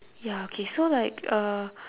ya okay so like uh